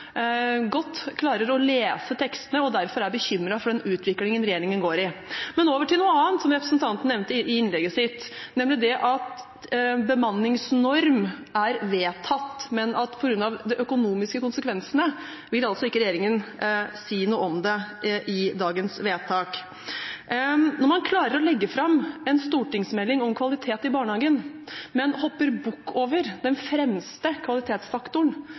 godt klarer å lese tekstene og derfor er bekymret for den retningen regjeringen går i. Men over til noe annet som representanten nevnte i innlegget sitt, nemlig at bemanningsnorm er vedtatt, men på grunn av de økonomiske konsekvensene vil ikke regjeringen si noe om det i dagens vedtak. Når man klarer å legge fram en stortingsmelding om kvalitet i barnehagen, men hopper bukk over den fremste kvalitetsfaktoren